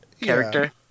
character